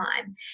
time